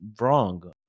wrong